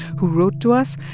who wrote to us,